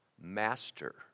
master